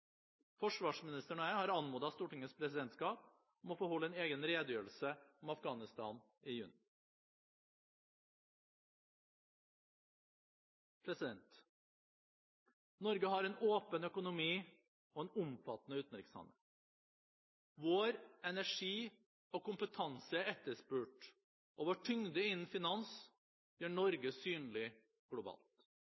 Forsvarsministeren og jeg har anmodet Stortingets presidentskap om å få holde en egen redegjørelse om Afghanistan i juni. Norge har en åpen økonomi og en omfattende utenrikshandel. Vår energi og kompetanse er etterspurt, og vår tyngde innen finans gjør